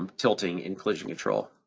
um tilting inclusion control.